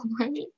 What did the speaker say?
right